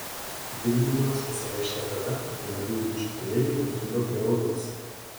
dilginimas pasireiškia tada kai medūzų čiuptuvėliai prikimba prie odos